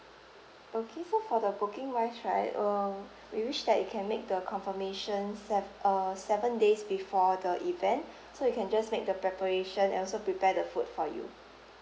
okay so for the booking wise right uh we wish that you can make the confirmation sev~ uh seven days before the event so you can just make the preparation also prepare the food for you